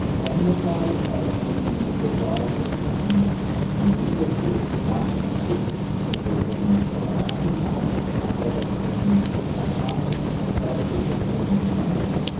zenvisage has been deployed in in various groups. one ah group who was doing battery science, another that was doing astronomy, a third group that was doing genomics.